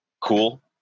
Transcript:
cool